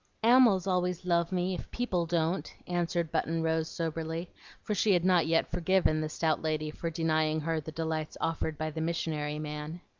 ammals always love me, if people don't, answered button-rose, soberly for she had not yet forgiven the stout lady for denying her the delights offered by the missionary man.